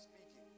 speaking